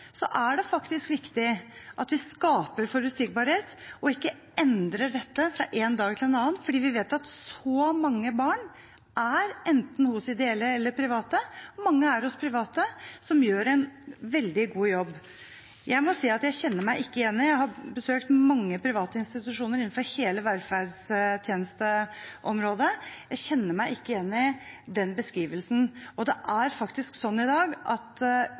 er det viktig at vi skaper forutsigbarhet og ikke endrer dette fra én dag til en annen, for vi vet at mange barn er enten hos ideelle eller hos private. Mange er hos private, som gjør en veldig god jobb. Jeg må si at jeg ikke kjenner meg igjen i den beskrivelsen, og jeg har besøkt mange private institusjoner innenfor hele velferdstjenesteområdet. Hvis det hadde vært så dårlige arbeidsforhold, ville ikke ansatte vært der lenger. Det er faktisk sånn